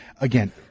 Again